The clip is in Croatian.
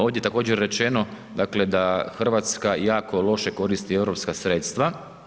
Ovdje je također rečeno dakle da Hrvatska jako loše koristi europska sredstva.